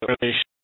relationship